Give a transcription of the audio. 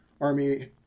army